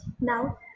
now